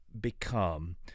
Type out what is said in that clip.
become